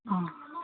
অঁ